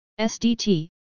SDT